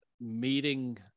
meeting